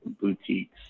boutiques